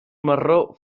marró